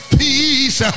peace